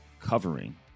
covering